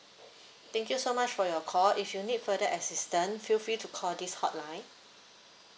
thank you so much for your call if you need further assistant feel free to call this hotline